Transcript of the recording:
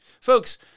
Folks